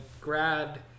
grad